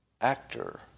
actor